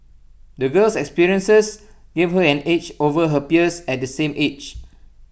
the girl's experiences gave her an edge over her peers at the same age